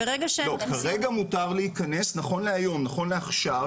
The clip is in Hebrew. לא, כרגע מותר להיכנס, נכון להיום, נכון לעכשיו.